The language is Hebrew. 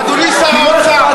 אדוני שר האוצר,